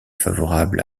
favorable